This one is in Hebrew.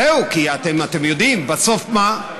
זהו, כי אתם יודעים, בסוף מה?